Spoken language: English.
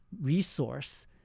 resource